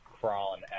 crawling